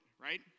right